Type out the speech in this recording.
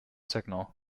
signal